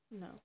no